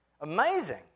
Amazing